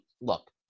look